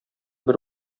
бер